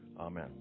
Amen